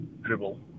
dribble